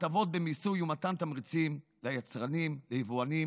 הטבות במיסוי ומתן תמריצים ליצרנים וליבואנים